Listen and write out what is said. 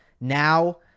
now